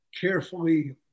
carefully